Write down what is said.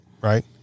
Right